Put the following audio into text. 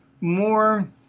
more